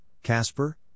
Casper